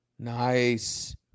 Nice